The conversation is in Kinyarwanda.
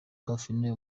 parfine